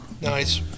Nice